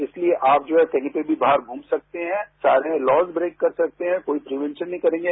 इसलिए आप जो हैं कहीं पर भी बाहर घूम सकते हैं चाहे लॉज ब्रेक कर सकते हैं कोई प्रिवेंशन नहीं करेंगे